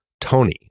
tony